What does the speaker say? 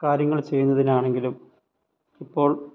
കാര്യങ്ങൾ ചെയ്യുന്നതിനാണെങ്കിലും ഇപ്പോൾ